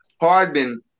Hardman